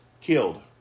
killed